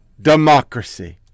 democracy